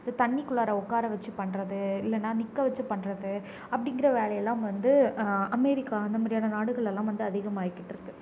இந்த தண்ணிக்குள்ளார உக்கார வச்சி பண்ணுறது இல்லைன்னா நிற்க வச்சி பண்ணுறது அப்படிங்கிற வேலையெல்லாம் வந்து அமெரிக்கா அந்த மாதிரியான நாடுகள்லலாம் வந்து அதிகமாய்கிட்டிருக்கு